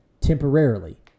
temporarily